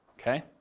okay